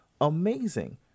amazing